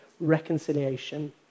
reconciliation